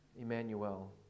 Emmanuel